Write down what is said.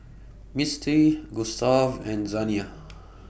Mistie Gustav and Zaniyah